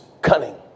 cunning